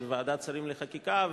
של ועדת השרים לחקיקה,